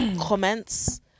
comments